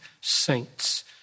saints